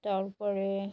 তার পরে